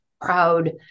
proud